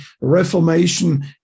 Reformation